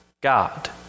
God